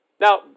Now